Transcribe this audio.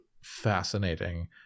Fascinating